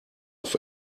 auf